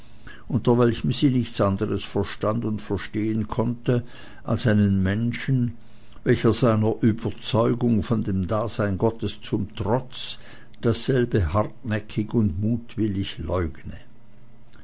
unter welchem sie nichts anderes verstand und verstehen konnte als einen menschen welcher seiner überzeugung von dem dasein gottes zum trotz dasselbe hartnäckig und mutwillig leugne